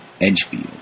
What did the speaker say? Edgefield